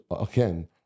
again